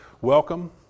Welcome